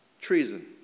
Treason